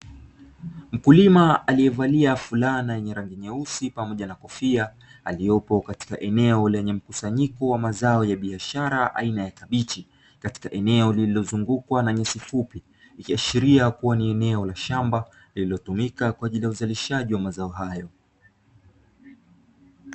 Mkulima aliyevalia fulana yenye rangi nyeusi pamoja na kofia aliyopo katika eneo lenye mkusanyiko wa mazao ya biashara aina ya kabichi, katika eneo lililozungukwa na nyasi fupi, ikiashiria kuwa ni eneo la shamba lililotumika kwa ajili ya uzalishaji wa mazao hayo.